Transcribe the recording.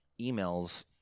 emails